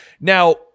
Now